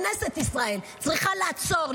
כנסת ישראל צריכה לעצור,